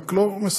רק לא מספקת,